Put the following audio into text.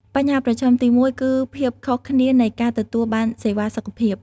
បញ្ហាប្រឈមទីមួយគឺភាពខុសគ្នានៃការទទួលបានសេវាសុខភាព។